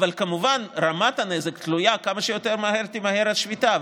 אבל כמובן, רמת הנזק תלויה בכמה מהר תיגמר השביתה.